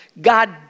God